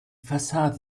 fassade